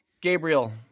Gabriel